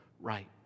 right